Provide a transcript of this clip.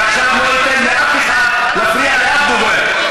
ועכשיו אני לא נותן לאף אחד להפריע לאף דובר.